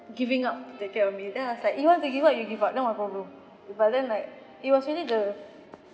giving up to care of me then I was like you want to give up you give up not my problem but then like it was really the